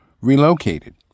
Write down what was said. relocated